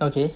okay